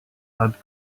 add